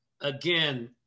again